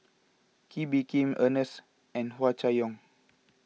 Kee Bee Khim Ernest and Hua Chai Yong